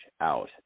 out